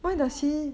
I know